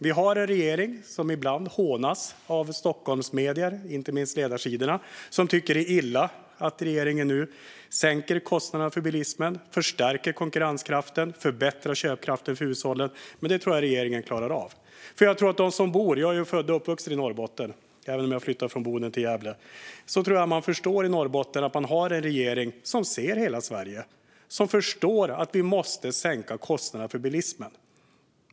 Vi har en regering som ibland hånas av Stockholmsmedier, inte minst ledarsidorna, som tycker att det är illa att regeringen nu sänker kostnaderna för bilismen, förstärker konkurrenskraften och förbättrar köpkraften för hushållen, men det tror jag att regeringen klarar av. Jag är själv född och uppvuxen i Norrbotten, även om jag flyttat från Boden till Gävle. Jag tror att man i Norrbotten förstår att man har en regering som ser hela Sverige och förstår att vi måste sänka kostnaderna för bilismen.